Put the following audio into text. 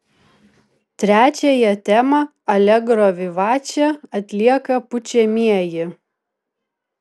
trečiąją temą alegro vivače atlieka pučiamieji